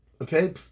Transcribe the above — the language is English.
Okay